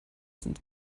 sind